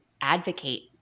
advocate